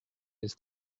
his